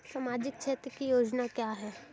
सामाजिक क्षेत्र की योजना क्या है?